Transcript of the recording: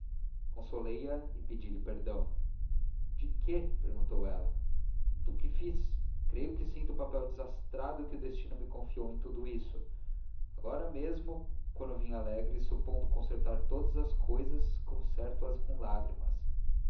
e no amor consolei a e pedi-lhe perdão de quê perguntou ela do que fiz creia que sinto o papel desastrado que o destino me confiou em tudo isto agora mesmo quando vinha alegre supondo consertar todas as cousas conserto as com lágrimas